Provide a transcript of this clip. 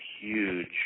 huge